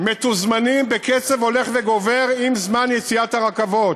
מתוזמנים בקצב הולך וגובר עם זמן יציאת הרכבות.